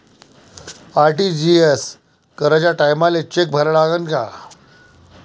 RTGS कराच्या टायमाले cheque भरा लागन का?